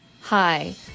Hi